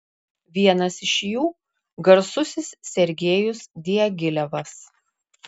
vienas iš jų garsusis sergejus diagilevas